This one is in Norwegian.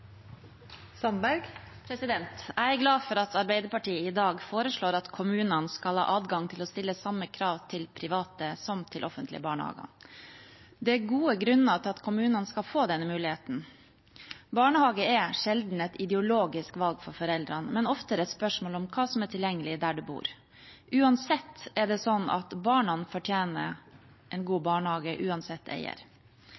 glad for at Arbeiderpartiet – sammen med Senterpartiet og Sosialistisk Venstreparti – i dag foreslår at kommunene skal ha adgang til å stille samme krav til private som til offentlige barnehager. Det er gode grunner til at kommunene skal få denne muligheten. Barnehage er sjelden et ideologisk valg for foreldrene, men oftere et spørsmål om hva som er tilgjengelig der en bor. Uansett er det sånn at barna fortjener en god